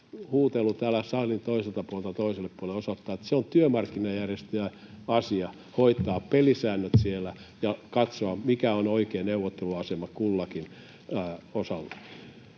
huutelu täällä salin toiselta puolelta toiselle puolelle osoittaa, että se on työmarkkinajärjestöjen asia hoitaa pelisäännöt siellä ja katsoa, mikä on oikea neuvotteluasema kullakin osalla.